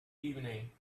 evening